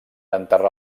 enterrar